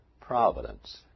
providence